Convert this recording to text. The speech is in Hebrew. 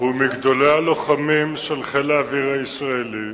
הוא מגדולי הלוחמים של חיל האוויר הישראלי,